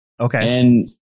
Okay